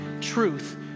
truth